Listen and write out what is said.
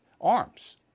arms